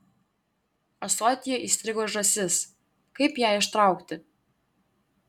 ąsotyje įstrigo žąsis kaip ją ištraukti